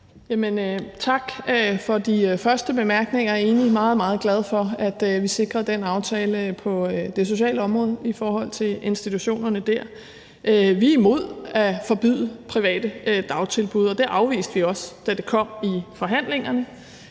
Tak for de første bemærkninger. Jeg er egentlig meget, meget glad for, at vi sikrer den aftale på det sociale område i forhold til institutionerne der. Vi er imod at forbyde private dagtilbud, og vi afviste det også, da det kom i forhandlingerne.